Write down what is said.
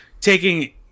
taking